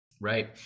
Right